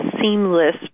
seamless